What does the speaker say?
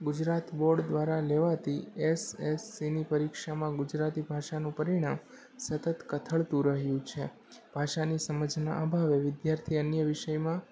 Gujarat board દ્વારા લેવાતી S S C ની પરીક્ષામાં ગુજરાતી ભાષાનું પરિણામ સતત કથળતું રહ્યું છે ભાષાની સમજના અભાવે વિદ્યાર્થી અન્ય વિષયમાં